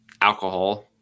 Alcohol